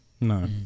No